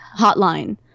hotline